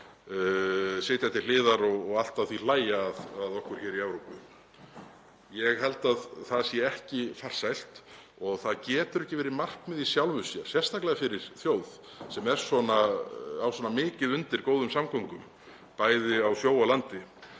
sitja til hliðar og allt að því hlæja að okkur í Evrópu? Ég held að það sé ekki farsælt og það getur ekki verið markmið í sjálfu sér, sérstaklega ekki fyrir þjóð sem á svona mikið undir góðum samgöngum, bæði á sjó og landi,